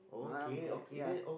um uh ya